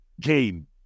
game